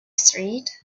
street